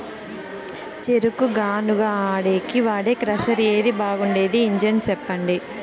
చెరుకు గానుగ ఆడేకి వాడే క్రషర్ ఏది బాగుండేది ఇంజను చెప్పండి?